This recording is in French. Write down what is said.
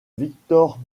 victor